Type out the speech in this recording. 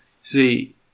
See